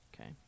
Okay